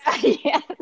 Yes